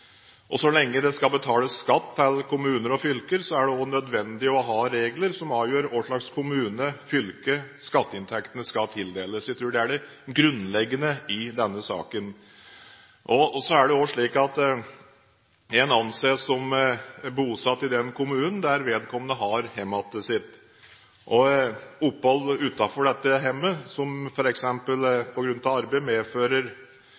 på. Så lenge det skal betales skatt til kommuner og fylker, er det også nødvendig å ha regler som avgjør hvilken kommune eller hvilket fylke skatteinntektene skal tildeles. Jeg tror det er det grunnleggende i denne saken. En anses som bosatt i den kommunen der vedkommende har hjemmet sitt. Opphold utenfor dette hjemmet, f.eks. på grunn av arbeid, medfører